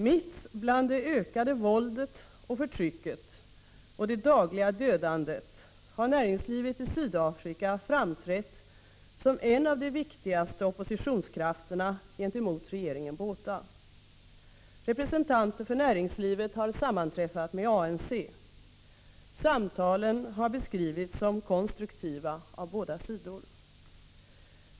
Mitt bland det ökade våldet, förtrycket och det dagliga dödandet har näringslivet i Sydafrika framträtt som en av de viktigaste oppositionskrafterna gentemot regeringen Botha. Representanter för näringslivet har sammanträffat med ANC. Samtalen har beskrivits som konstruktiva av båda sidor.